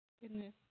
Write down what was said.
goodness